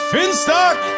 Finstock